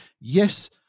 yes